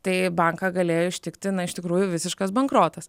tai banką galėjo ištikti na iš tikrųjų visiškas bankrotas